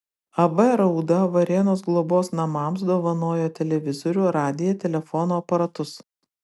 ab rauda varėnos globos namams dovanojo televizorių radiją telefono aparatus